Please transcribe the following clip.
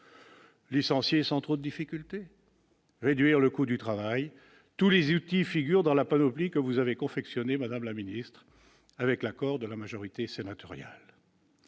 Licencier sans trop de difficultés et réduire le coût du travail, tous les outils figurent dans la panoplie que vous avez confectionnée, madame la ministre, avec l'accord de la majorité sénatoriale.